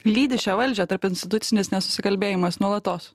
lydi šią valdžią tarpinstitucinis nesusikalbėjimas nuolatos